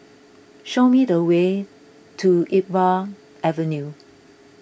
show me the way to Iqbal Avenue